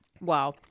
Wow